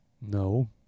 No